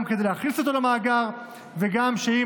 גם כדי להכניס אותו למאגר וגם כדי שאם